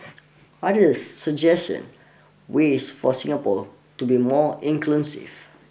others suggestion ways for Singapore to be more inclusive